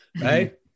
right